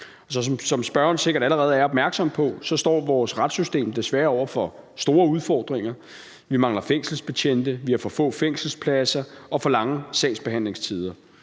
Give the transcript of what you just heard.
Som spørgeren sikkert allerede er opmærksom på, står vores retssystem desværre over for store udfordringer. Vi mangler fængselsbetjente, vi har for få fængselspladser og for lange sagsbehandlingstider.